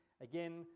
again